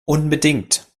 unbedingt